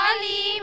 Ali